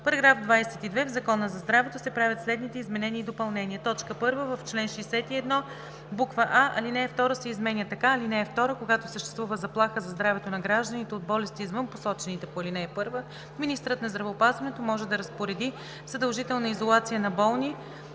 каса. § 22. В Закона за здравето се правят следните изменения и допълнения: „1. В чл. 61: а) ал. 2 се изменя така: „(2) Когато съществува заплаха за здравето на гражданите от болести извън посочените по ал. 1, министърът на здравеопазването може да разпореди задължителна изолация на болни,